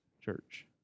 church